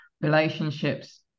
relationships